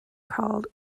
called